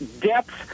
depth